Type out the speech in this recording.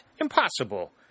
Impossible